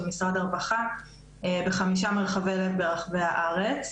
משרד הרווחה בחמישה מרחבי לב ברחבי הארץ.